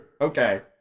Okay